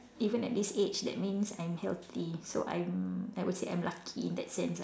even at this age that means I'm healthy so I'm I would say I'm lucky in that sense lah